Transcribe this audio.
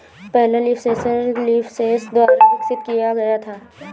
पहला leaf sensor LeafSens द्वारा विकसित किया गया था